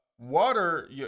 water